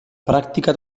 pràctica